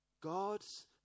God's